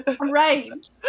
Right